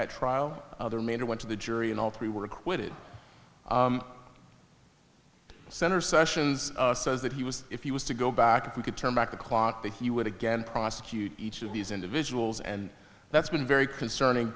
at trial other manere went to the jury and all three were acquitted senator sessions says that he was if he was to go back if we could turn back the clock that he would again prosecute each of these individuals and that's been very concerning